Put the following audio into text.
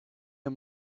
him